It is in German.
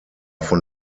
von